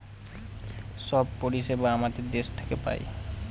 সব পরিষেবা আমাদের দেশ থেকে পায়